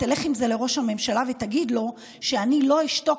תלך עם זה לראש הממשלה ותגיד לו שאני לא אשתוק,